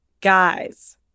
guys